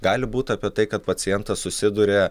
gali būt apie tai kad pacientas susiduria